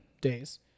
days